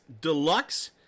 Deluxe